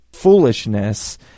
foolishness